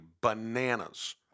bananas